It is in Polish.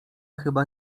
chyba